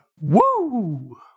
Woo